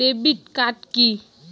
Debit card key?